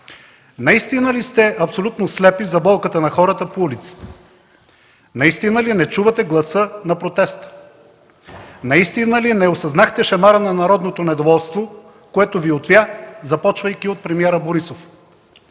Наистина ли сте абсолютно слепи за болката на хората по улиците? Наистина ли не чувате гласа на протеста? Наистина ли не осъзнахте шамара на народното недоволство, което Ви отвя, започвайки от премиера Борисов?